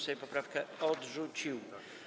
Sejm poprawkę odrzucił.